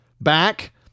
back